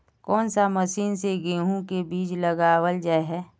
कोन सा मौसम में गेंहू के बीज लगावल जाय है